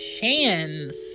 Shan's